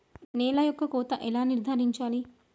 నేల యొక్క కోత ఎలా నిర్ధారించాలి?